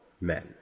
men